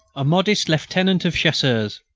a modest lieutenant of chasseurs,